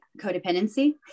codependency